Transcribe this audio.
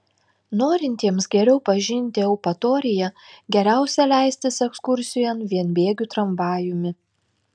norintiems geriau pažinti eupatoriją geriausia leistis ekskursijon vienbėgiu tramvajumi